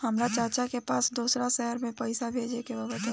हमरा चाचा के पास दोसरा शहर में पईसा भेजे के बा बताई?